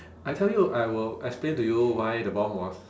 I tell you I will explain to you why the bomb was